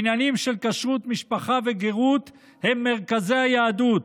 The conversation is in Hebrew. עניינים של כשרות, משפחה וגרות הם מרכזי היהדות,